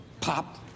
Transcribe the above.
Pop